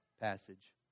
passage